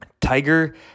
Tiger